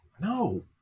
No